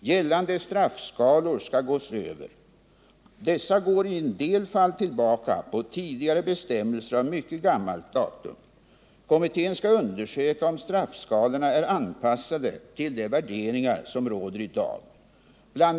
Gällande straffskalor ses över. Dessa går i en del fall tillbaka på tidigare bestämmelser av mycket gammalt datum. Kommittén skall undersöka om straffskalorna är anpassade till de värderingar som råder i dag. Bl.